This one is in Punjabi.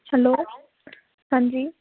ਹੈਲੋ ਹਾਂਜੀ